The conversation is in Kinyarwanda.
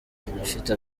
ifite